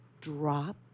drop